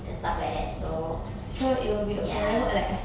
and stuff like that so ya